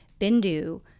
Bindu